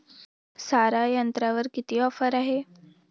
सारा यंत्रावर किती ऑफर आहे?